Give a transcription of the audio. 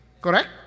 Correct